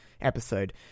episode